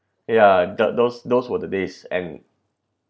ya that those those were the days and